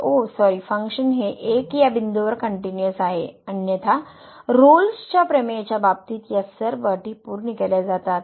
तर oh sorry function हे १ या बिंदूवर कनट्युनिअस आहे अन्यथा रोल्सच्या प्रमेयच्या बाबतीत या सर्व अटी पूर्ण केल्या जातात